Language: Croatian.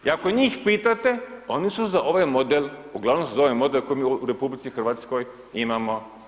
I ako njih pitate, oni su za ovaj model, uglavnom su za ovaj model koji mi u RH imamo.